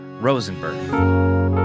Rosenberg